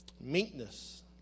meekness